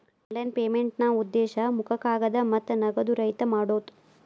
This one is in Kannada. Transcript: ಆನ್ಲೈನ್ ಪೇಮೆಂಟ್ನಾ ಉದ್ದೇಶ ಮುಖ ಕಾಗದ ಮತ್ತ ನಗದು ರಹಿತ ಮಾಡೋದ್